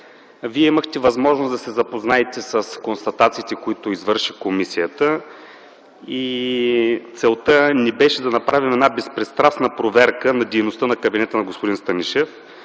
Вие имахте възможност да се запознаете с констатациите, които извърши комисията. Целта ни беше да направим безпристрастна проверка на дейността на кабинета на господин Станишев,